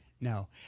No